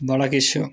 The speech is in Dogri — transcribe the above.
बड़ा किश